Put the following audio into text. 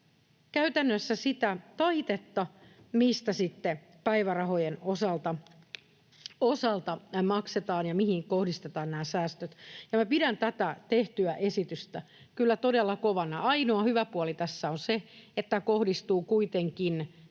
käytännössä sitä taitetta, mistä päivärahojen osalta maksetaan ja mihin kohdistetaan nämä säästöt, ja minä pidän tätä tehtyä esitystä kyllä todella kovana. Ainoa hyvä puoli tässä on se, että tämä kohdistuu kuitenkin selkeästi